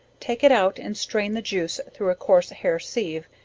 take it out and strain the juice through a coarse hair sieve,